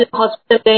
hospital